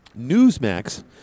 Newsmax